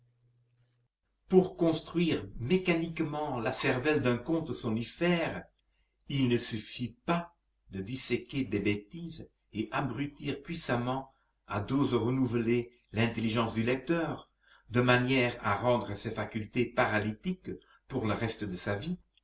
pour construire mécaniquement la cervelle d'un conte somnifère il ne suffit pas de disséquer des bêtises et abrutir puissamment à doses renouvelées l'intelligence du lecteur de manière à rendre ses facultés paralytiques pour le reste de sa vie